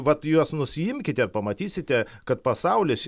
vat juos nusiimkite ir pamatysite kad pasaulis